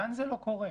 כאן זה לא קורה.